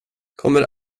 kommer